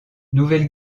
nouvelle